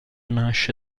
nasce